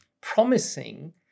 promising